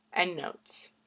Endnotes